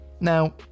now